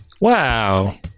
Wow